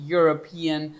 European